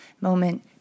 moment